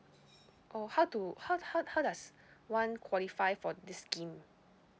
oh how to how how does one qualify for this scheme